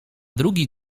drugi